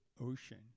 ocean